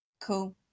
Cool